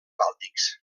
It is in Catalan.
bàltics